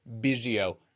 Biggio